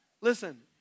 Listen